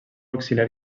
auxiliar